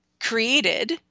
created